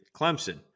Clemson